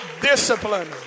discipline